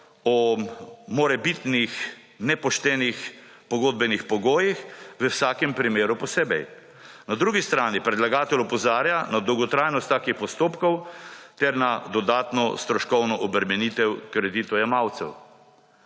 o morebitnih nepoštenih pogodbenih pogojih v vsakem primeru posebej. Na drugi strani predlagatelj opozarja na dolgotrajnost takih postopkov ter na dodatno stroškovno obremenitev kreditojemalcev.